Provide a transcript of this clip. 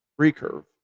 recurve